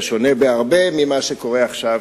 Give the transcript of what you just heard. זה שונה בהרבה ממה שקורה עכשיו,